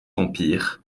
empire